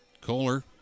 Kohler